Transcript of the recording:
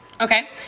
Okay